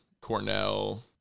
Cornell